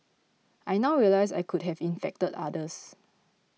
I now realise I could have infected others